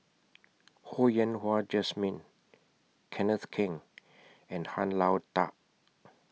Ho Yen Wah Jesmine Kenneth Keng and Han Lao DA